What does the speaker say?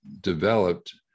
developed